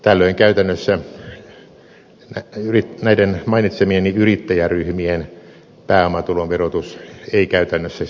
tällöin käytännössä näiden mainitsemieni yrittäjäryhmien pääomatulon verotus ei kiristyisi